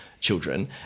children